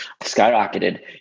skyrocketed